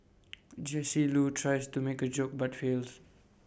Jesse Loo tries to make A joke but fails